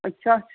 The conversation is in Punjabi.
ਅੱਛਾ